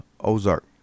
Ozark